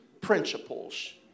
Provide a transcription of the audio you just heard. principles